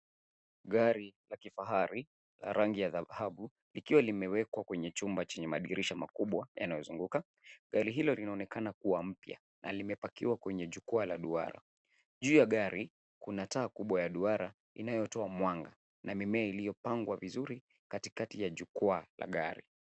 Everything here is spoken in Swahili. Gari la kifahari la rangi ya dhahabu ikiwa limewekwa kwenye chumba chenye madirisha makubwa yanayozunguka. Gari hilo linaonekana kuwa mpya na limepakiwa kwenye jukwaa la duara. Juu ya gari kuna taa kubwa ya duara inayotoa mwanga na mimea iliyopangwa vizuri katikati ya jukwaa la gari.